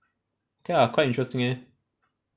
K ah quite interesting eh